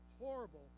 horrible